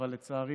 אבל לצערי,